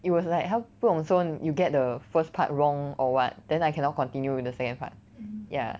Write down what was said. it was like 他不懂说 you get the first part wrong or what then I cannot continue in the second part ya